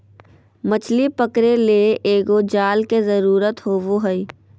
मछली पकरे ले एगो जाल के जरुरत होबो हइ